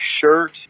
shirt